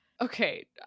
okay